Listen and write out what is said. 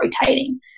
rotating